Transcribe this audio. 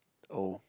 oh